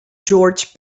george